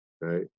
right